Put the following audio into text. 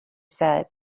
said